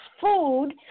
food